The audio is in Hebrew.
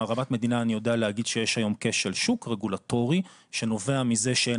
אני יודע להגיד שיש היום כשל שוק רגולטורי שנובע מזה שאין